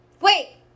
Wait